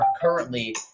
currently